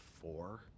four